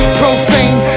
profane